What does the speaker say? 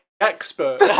expert